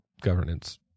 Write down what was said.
governance